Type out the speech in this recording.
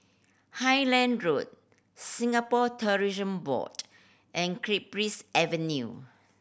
Highland Road Singapore Tourism Board and Cypress Avenue